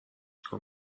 کار